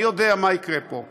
מי יודע מה יקרה פה.